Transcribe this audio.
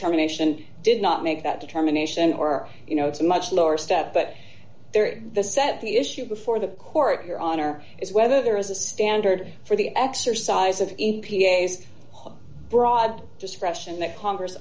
erminations did not make that determination or you know it's a much lower step but there is the set the issue before the court your honor is whether there is a standard for the exercise of the p a s home broad discretion that congress